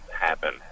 happen